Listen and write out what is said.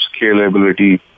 scalability